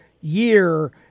year